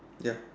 ya